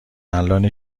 الانه